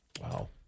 Wow